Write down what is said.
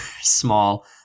small